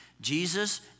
Jesus